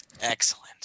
Excellent